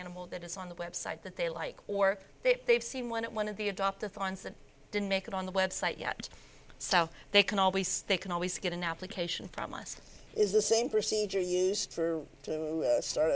animal that is on the web site that they like or if they've seen one at one of the adoptive parents that didn't make it on the website yet so they can always they can always get an application from us is the same procedure used